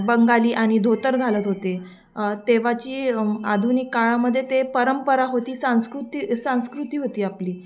बंगाली आणि धोतर घालत होते तेव्हाची आधुनिक काळामध्ये ते परंपरा होती संस्कृती संस्कृती होती आपली